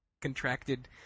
contracted